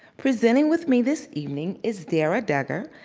presenting with me this evening is dara dugger,